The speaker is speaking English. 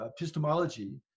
epistemology